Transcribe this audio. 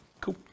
Cool